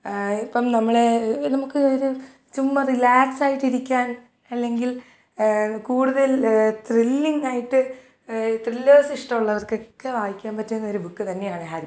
ഇപ്പം നമ്മളെ നമുക്ക് ഒരു ചുമ്മാ റിലാക്സായിട്ടിരിക്കാൻ അല്ലെങ്കിൽ കൂടുതൽ ത്രില്ലിങ്ങായിട്ട് ത്രില്ലേഴ്സിഷ്ടവുള്ളവർക്കൊക്കെ വായിക്കാൻ പറ്റുന്നൊരു ബുക്ക് തന്നെയാണ് ഹാരി പ്പോട്ടർ